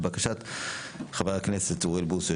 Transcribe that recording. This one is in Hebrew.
לבקשת חבר הכנסת אוריאל בוסו,